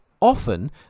Often